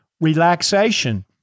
relaxation